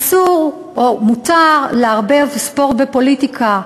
אסור, או מותר, לערבב ספורט ופוליטיקה,